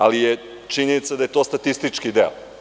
Ali, je činjenica da je to statistički deo.